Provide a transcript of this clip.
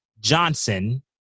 Johnson